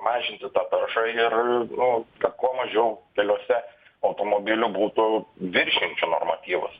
mažinti tą taršą ir nu kad kuo mažiau keliuose automobilių būtų viršijančių normatyvus